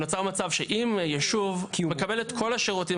נוצר מצב שאם יישוב מקבל את כל השירותים